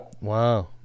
Wow